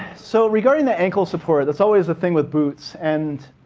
so regarding the ankle support, that's always the thing with boots. and